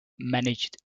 managed